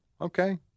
Okay